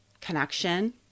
connection